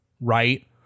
Right